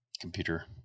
computer